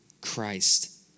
Christ